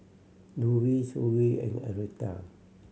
Louise Hughie and Aretha